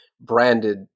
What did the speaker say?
branded